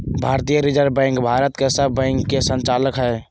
भारतीय reserve bank Bharat के सब बैंक के संचालक हइ